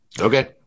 okay